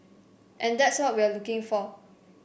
and that's what we are looking for